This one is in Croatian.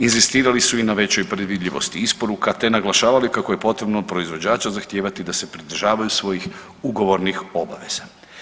Inzistirali su i na većoj predvidljivosti isporuka, te naglašavali kako je potrebno od proizvođača zahtijevati da se pridržavaju svojih ugovornih obaveza.